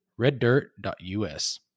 reddirt.us